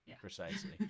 precisely